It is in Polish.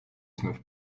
znów